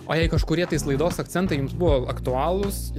o jei kažkurie tais laidos akcentai jums buvo aktualūs